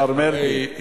השר מרגי,